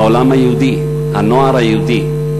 העולם היהודי, הנוער היהודי.